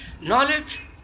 Knowledge